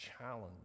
challenge